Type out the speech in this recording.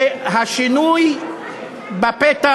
והשינוי בפתח,